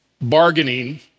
bargaining